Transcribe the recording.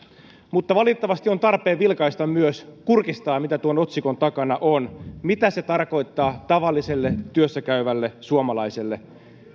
mutta valitettavasti on tarpeen kurkistaa myös mitä tuon otsikon takana on ja mitä se tarkoittaa tavalliselle työssäkäyvälle suomalaiselle